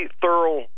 thorough